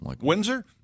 Windsor